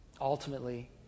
ultimately